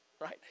right